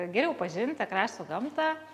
geriau pažinti krašto gamtą